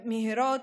מהירות,